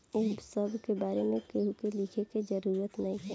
ए सब के बारे में केहू के लिखे के जरूरत नइखे